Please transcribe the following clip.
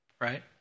Right